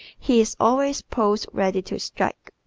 he is always poised ready to strike.